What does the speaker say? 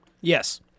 Yes